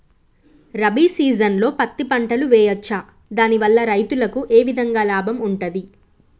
రబీ సీజన్లో పత్తి పంటలు వేయచ్చా దాని వల్ల రైతులకు ఏ విధంగా లాభం ఉంటది?